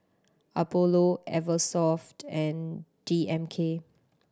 Apollo Eversoft and D M K